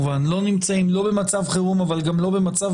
שאנחנו לא נמצאים לא במצב חירום אבל גם לא במצב